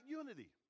unity